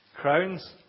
Crowns